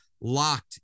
locked